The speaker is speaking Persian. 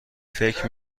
فکر